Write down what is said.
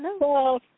Hello